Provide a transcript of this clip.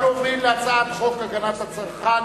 אנחנו עוברים להצעת חוק הגנת הצרכן